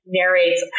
narrates